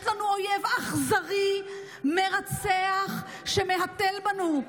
יש לנו אויב אכזרי, מרצח, שמהתל בנו.